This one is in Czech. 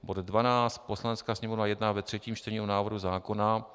Bod 12: Poslanecká sněmovna jedná ve třetím čtení o návrhu zákona.